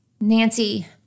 Nancy